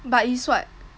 but it's what